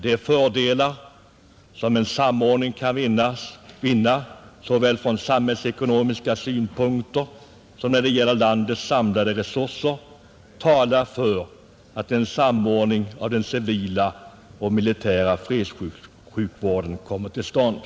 De fördelar som en samordning kan ge såväl från ekonomiska synpunkter som när det gäller landets samlade resurser talar för att en samordning av den civila och militära fredssjukvården skall komma till stånd.